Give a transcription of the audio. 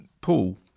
Paul